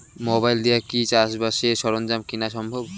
Mobile দিয়া কি চাষবাসের সরঞ্জাম কিনা সম্ভব?